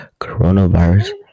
Coronavirus